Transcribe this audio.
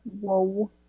Whoa